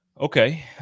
Okay